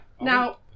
Now